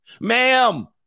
Ma'am